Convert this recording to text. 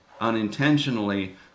unintentionally